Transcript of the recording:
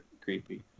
creepy